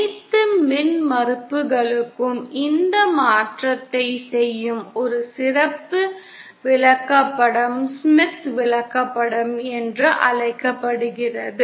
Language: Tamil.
அனைத்து மின்மறுப்புகளுக்கும் இந்த மாற்றத்தை செய்யும் ஒரு சிறப்பு விளக்கப்படம் ஸ்மித் விளக்கப்படம் என்று அழைக்கப்படுகிறது